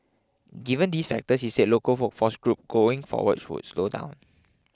given these factors he said local workforce growth going forward would slow down